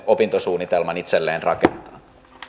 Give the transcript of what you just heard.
opintosuunnitelman itselleen rakentaa